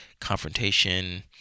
confrontation